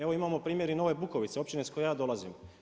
Evo imamo primjer Nove Bukovice, općine iz koje ja dolazim.